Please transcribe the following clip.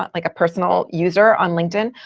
um like a personal user on linkedin,